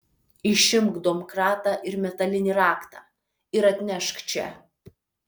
išimk domkratą ir metalinį raktą ir atnešk čia